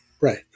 Right